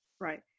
right